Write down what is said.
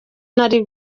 nari